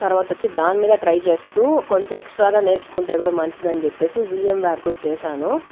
తరువాతొచ్చి నేను దానిమీదే ట్రై చేస్తూ కొంచెం ఎక్సట్రా గా కూడా నేర్చుకుంటే మంచిదని చెప్పేసి విఎంవార్ కూడా చేసాను